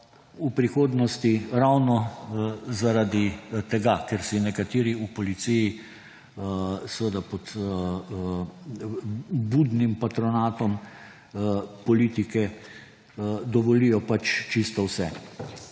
v prihodnosti ravno zaradi tega, ker si nekateri v policiji, seveda pod budnim patronatom politike, dovolijo pač čisto vse.